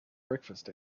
breakfast